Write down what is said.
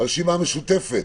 הרשימה המשותפת.